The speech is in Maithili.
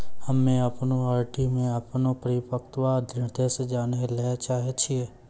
हम्मे अपनो आर.डी मे अपनो परिपक्वता निर्देश जानै ले चाहै छियै